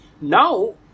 Now